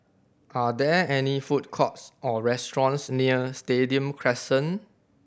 are there any food courts or restaurants near Stadium Crescent